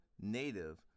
Native